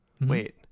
Wait